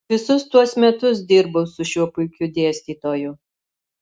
visus tuos metus dirbau su šiuo puikiu dėstytoju